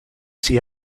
see